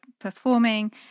performing